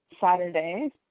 Saturday